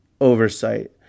oversight